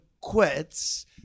quits